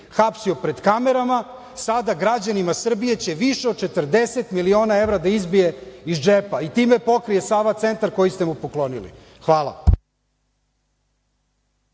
hapsio pred kamerama sada građanima Srbije će više od 40 miliona evra da izbije iz džepa i time pokrije Sava centar koji ste mu poklonili? Hvala.